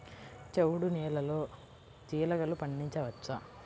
చవుడు నేలలో జీలగలు పండించవచ్చా?